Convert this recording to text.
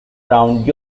around